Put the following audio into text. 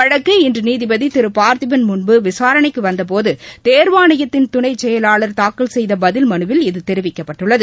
வழக்கு இன்று நீதிபதி திரு பார்த்தீபன் முன்பு விசாரணைக்கு வந்தபோது இந்த தேர்வாணையத்தின் துணைச்செயலளார் தாக்கல் செய்த பதில் மனுவில் இத தெரிவிக்கப்பட்டுள்ளது